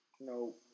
No